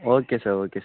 okay sir okay sir